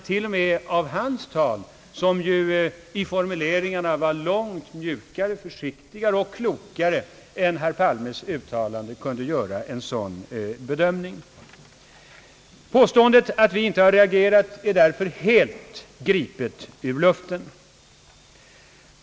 Till och med detta tal, som ju i formuleringarna var långt mjukare, försiktigare och klokare än herr Palmes uttalande, kunde alltså ge ett sådant intryck. Påståendet att vi inte har reagerat är därför helt gripet ur luften.